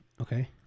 Okay